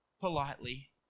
politely